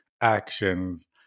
actions